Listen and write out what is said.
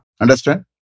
Understand